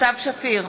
סתיו שפיר,